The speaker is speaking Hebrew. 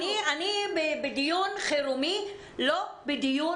אני בדיון חירום, לא בדיון